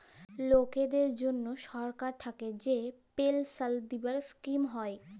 লকদের জনহ সরকার থাক্যে যে পেলসাল দিবার স্কিম হ্যয়